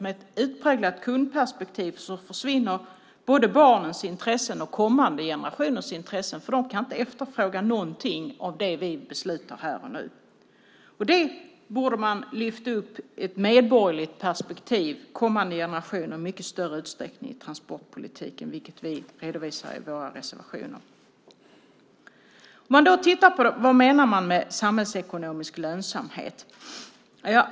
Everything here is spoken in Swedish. Med ett utpräglat kundperspektiv försvinner både barnens intressen och kommande generationers intressen. De kan inte efterfråga någonting av det vi beslutar här och nu. Ett medborgerligt perspektiv, kommande generationer, borde i större utsträckning lyftas upp i transportpolitiken, vilket vi redovisar i våra reservationer. Vad menar man, till sist, med samhällsekonomisk lönsamhet?